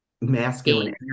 masculine